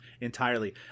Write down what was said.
entirely